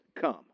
come